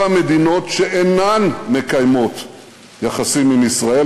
המדינות שאינן מקיימות יחסים עם ישראל,